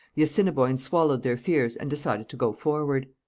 the assiniboines swallowed their fears and decided to go forward.